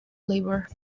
labour